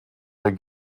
der